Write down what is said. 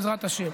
בעזרת השם,